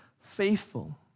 faithful